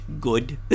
good